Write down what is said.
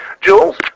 Jules